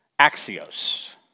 axios